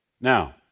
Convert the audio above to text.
Now